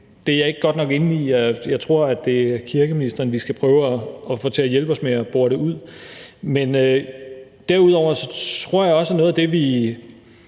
det er jeg ikke godt nok inde i; jeg tror, at det er kirkeministeren, vi skal prøve at få til at hjælpe os med at bore det ud. Men derudover tror jeg også, at noget af det, vi